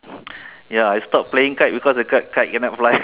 ya I stop playing kite because the kite kite cannot fly